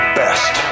best